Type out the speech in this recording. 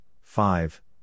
five